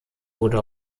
wurde